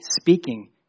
speaking